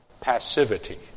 passivity